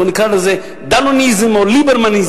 או נקרא לזה דנוניזם או ליברמניזם.